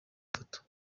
foto